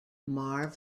marv